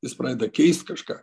jis pradeda keist kažką